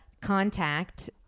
contact